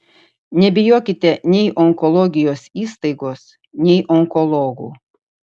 nebijokite nei onkologijos įstaigos nei onkologų